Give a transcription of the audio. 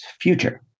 future